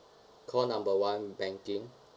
call number one banking